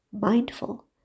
Mindful